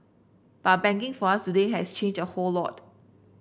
but banking for us today has changed a whole lot